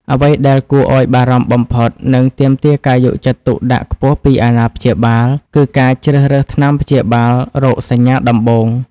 អ្វីដែលគួរឱ្យបារម្ភបំផុត និងទាមទារការយកចិត្តទុកដាក់ខ្ពស់ពីអាណាព្យាបាល គឺការជ្រើសរើសថ្នាំព្យាបាលរោគសញ្ញាដំបូង។